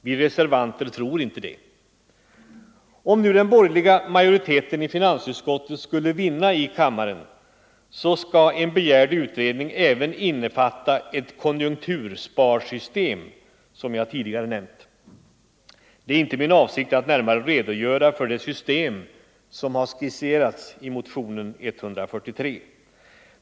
Vi reservanter tror inte det. Om nu den borgerliga majoriteten i finansutskottet skulle vinna i kammaren, skall en begärd utredning även innefatta ett konjunktursparsystem, som jag tidigare nämnt. Det är inte min avsikt att närmare redogöra för det system som har skisserats i motionen 143.